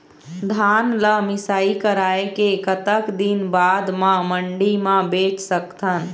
धान ला मिसाई कराए के कतक दिन बाद मा मंडी मा बेच सकथन?